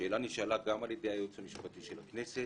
השאלה נשאלה גם על ידי הייעוץ המשפטי של הכנסת,